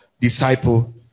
disciple